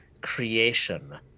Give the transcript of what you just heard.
creation